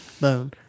Boom